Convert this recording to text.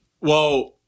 Well-